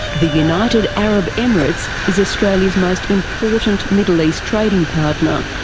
the united arab emirates is australian's most important middle east trading partner,